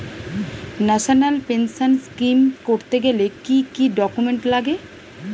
National pension scheme করতে গেলে কি কি ডকুমেন্ট লাগে?